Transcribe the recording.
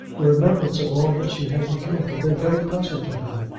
the remembrance of all that she had to give had been very pleasant to her,